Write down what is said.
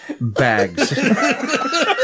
Bags